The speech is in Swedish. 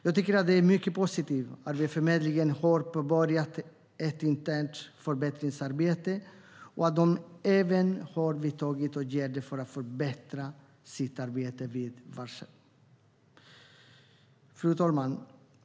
Jag tycker att det är mycket positivt att Arbetsförmedlingen har påbörjat ett internt förbättringsarbete och att de även har vidtagit åtgärder för att förbättra sitt arbete vid varsel.